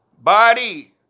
body